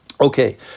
okay